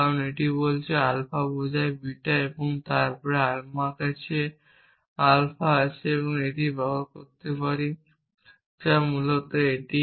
কারণ এটি বলছে আলফা বোঝায় বিটা এবং তারপরে আমার কাছে আলফা আছে এবং আমি এটি ব্যবহার করতে পারি যা মূলত এটি